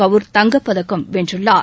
கவுர் தங்கப்பதக்கம் வென்றுள்ளார்